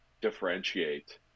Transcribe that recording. differentiate